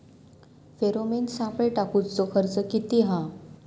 Pheromone सापळे टाकूचो खर्च किती हा?